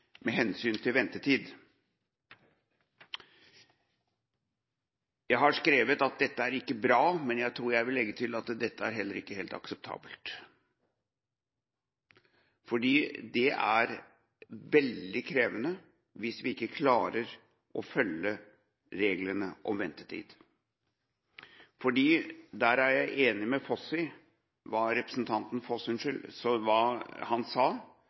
med hensyn til ventetid. Jeg har skrevet at dette ikke er bra, men jeg tror jeg vil legge til at dette heller ikke er helt akseptabelt, fordi det er veldig krevende hvis vi ikke klarer å følge reglene om ventetid. Jeg er enig med representanten Foss i det han sa,